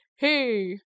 hey